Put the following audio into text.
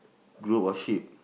group of sheep